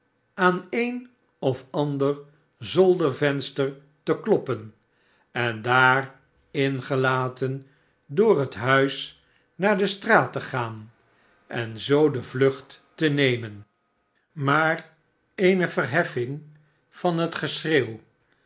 aan een of ander zoldervenster te kloppen en daar ingelaten door het huis naar de straat te gaan en zoo de vlucht te nemen maar eeneverhemng van het geschreeuw